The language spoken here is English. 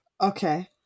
Okay